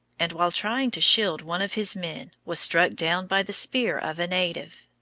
and while trying to shield one of his men was struck down by the spear of a native.